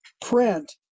print